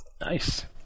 Nice